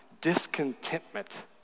discontentment